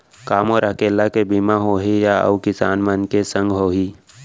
का मोर अकेल्ला के बीमा होही या अऊ किसान मन के संग होही?